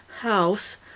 house